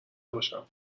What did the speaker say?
باشم